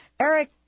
Eric